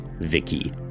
Vicky